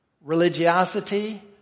religiosity